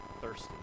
thirsty